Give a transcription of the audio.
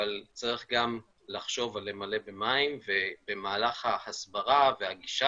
אבל צריך גם לחשוב על למלא במים ובמהלך ההסברה והגישה